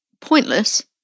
pointless